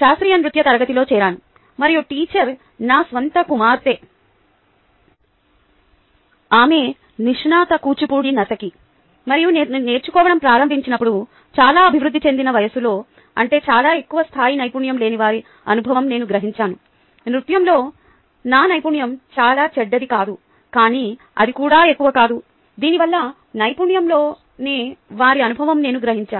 శాస్త్రీయ నృత్య తరగతిలో చేరాను మరియు టీచర్ నా స్వంత కుమార్తె ఆమె నిష్ణాత కూచిపుడి నర్తకి మరియు నేను నేర్చుకోవడం ప్రారంభించినప్పుడు చాలా అభివృద్ధి చెందిన వయసులో అంటే చాలా ఎక్కువ స్థాయి నైపుణ్యం లేని వారి అనుభవo నేను గ్రహించాను నృత్యolo నా నైపుణ్యం చాలా చెడ్డది కాదు కానీ అది కూడా ఎక్కువ కాదు దీని వల్ల నైపుణ్యం లేని వారి అనుభవo నేను గ్రహించాను